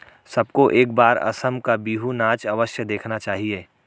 सबको एक बार असम का बिहू नाच अवश्य देखना चाहिए